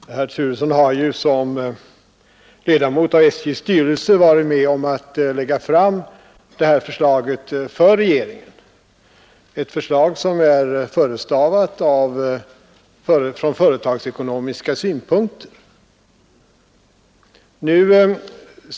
Herr talman! Herr Turesson har ju som ledamot av SJ:s styrelse varit med om att lägga fram detta förslag för regeringen, ett förslag som är förestavat av företagsekonomiska synpunkter.